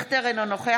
נוכח